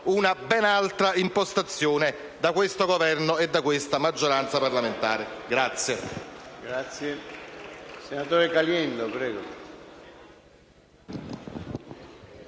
una ben altra impostazione da questo Governo e da questa maggioranza parlamentare.